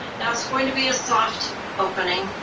now, it's going to be a soft opening.